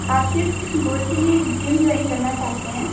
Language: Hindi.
आपके किस गोल के लिए जिम जॉइन करना चाहते हैं